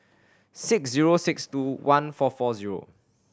six zero six two one four four zero